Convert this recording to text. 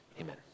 amen